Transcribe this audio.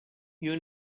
you